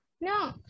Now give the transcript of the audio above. No